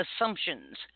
assumptions